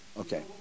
okay